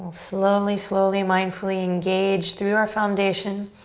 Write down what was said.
slowly, slowly mindfully engage through our foundation.